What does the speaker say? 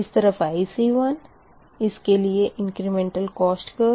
इस तरफ़ IC1 इस के लिए इंक्रिमेंटल कोस्ट कर्व